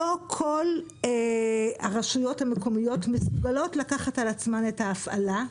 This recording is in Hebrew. לא כל הרשויות המקומיות מסוגלות לקחת על עצמן את ההפעלה,